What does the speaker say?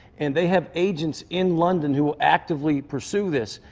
and they have agents in london who will actively pursue this.